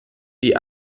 die